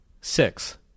Six